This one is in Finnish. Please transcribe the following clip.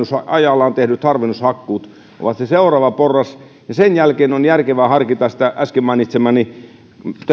ajallaan tehdyt harvennushakkuut ovat se seuraava porras sen jälkeen on järkevää harkita sitä äsken mainitsemaani